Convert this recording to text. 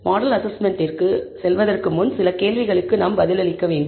model அசஸ்மெண்ட்டிற்கு செல்வதற்கு முன் சில கேள்விகளுக்கு நாம் பதிலளிக்க வேண்டும்